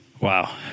Wow